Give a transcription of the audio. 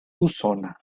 usona